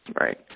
Right